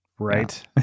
Right